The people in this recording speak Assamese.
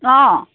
অঁ